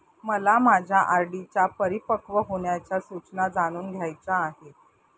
मला माझ्या आर.डी च्या परिपक्व होण्याच्या सूचना जाणून घ्यायच्या आहेत